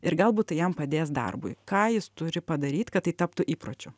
ir galbūt tai jam padės darbui ką jis turi padaryt kad tai taptų įpročiu